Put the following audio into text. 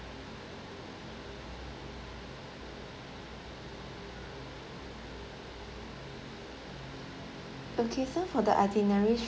okay so for the itineraries